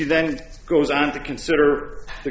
then goes on to consider the